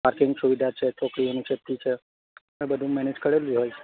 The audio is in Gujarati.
પાર્કિંગ સુવિધા છે છોકરીઓની સેફટી છે એ બધું મેનેજ કરેલું હોય છે